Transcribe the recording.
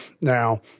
Now